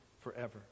forever